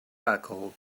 alcohol